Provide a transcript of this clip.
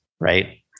right